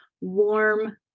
warm